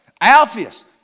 Alpheus